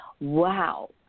wow